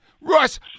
Russ